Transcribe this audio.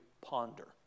ponder